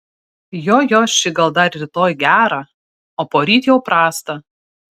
jo jo ši gal dar rytoj gerą o poryt jau prastą